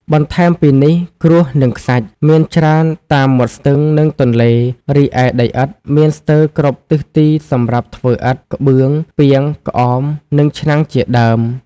បន្ថែមពីនេះ ក្រួស និង ខ្សាច់ មានច្រើនតាមមាត់ស្ទឹង និងទន្លេ រីឯ ដីឥដ្ឋ មានស្ទើរគ្រប់ទិសទីសម្រាប់ធ្វើឥដ្ឋ ក្បឿង ពាង ក្អម និងឆ្នាំងជាដើម។